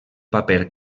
paper